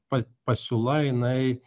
pa pasiūla jinai